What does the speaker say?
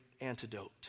antidote